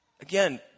Again